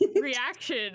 reaction